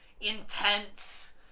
intense